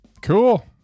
Cool